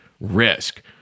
risk